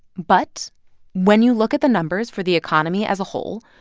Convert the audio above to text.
but when you look at the numbers for the economy as a whole,